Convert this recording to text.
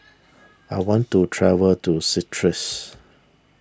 I want to travel to